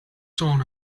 son